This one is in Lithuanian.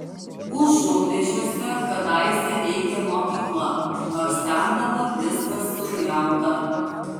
užunvėžiuose kadaise veikė mokykla nors ten dabar viskas sugriauta